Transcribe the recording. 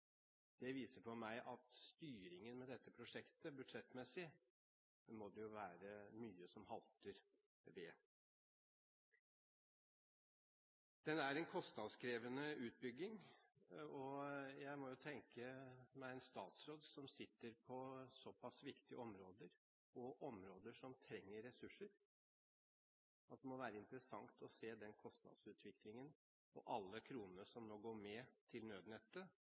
Det viser for meg at den budsjettmessige styringen med dette prosjektet må det være mye som halter ved. Dette er en kostnadskrevende utbygging, og jeg kan tenke meg at for en statsråd som sitter på såpass viktige områder, områder som trenger ressurser, må det være interessant å se den kostnadsutviklingen og alle kronene som nå går med til nødnettet,